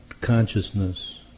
consciousness